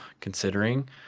considering